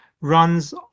runs